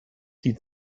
die